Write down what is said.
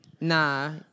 Nah